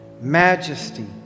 majesty